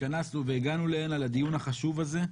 התכנסנו והגענו הנה לדיון החשוב הזה.